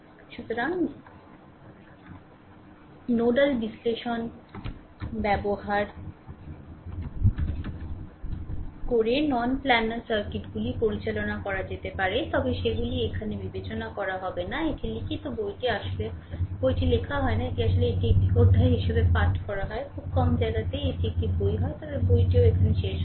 সুতরাং নোডাল বিশ্লেষণ ব্যবহার করে নন প্ল্যানার সার্কিটগুলি পরিচালনা করা যেতে পারে তবে সেগুলি এখানে বিবেচনা করা হবে না এটি লিখিত বইটি আসলে বইটি লেখা হয় না এটি আসলে এটি একটি অধ্যায় হিসাবে পাঠ করা হয় খুব কম জায়গাতেই এটি একটি বই হয় তবে বইটি হয় সেখানে শেষ হয়নি